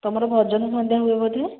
ତୁମର ଭଜନ ସନ୍ଧ୍ୟା ହୁଏ ବୋଧେ